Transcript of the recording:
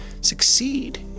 succeed